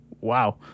wow